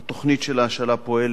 התוכנית של ההשאלה פועלת